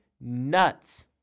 nuts